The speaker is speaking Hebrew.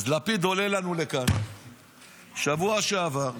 אז לפיד עולה לנו לכאן בשבוע שעבר.